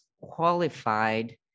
qualified